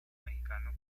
mexicano